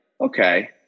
okay